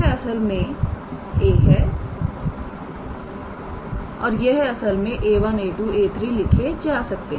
तोयह असल में 𝑎1 𝑎2 𝑎3 लिखे जा सकते हैं